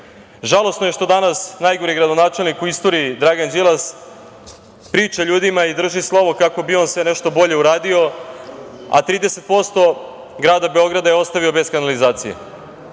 je što danas najgori gradonačelnik u istoriji, Dragan Đilas, priča ljudima i drži slovo kako bi on sve nešto bolje uradio, a 30% grada Beograda je ostavio bez kanalizacije.